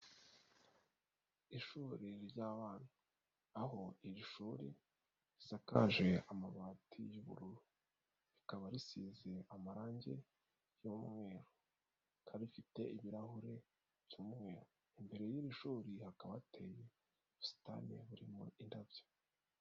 Ishuri ry'abana, aho iri shuri risakaje amabati y'ubururu, rikaba risize amarangi y'umweru, rikaba rifite ibirahure by'umweru, imbere y'iri shuri hakaba hateye ubusitani burimo indabyo.